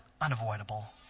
unavoidable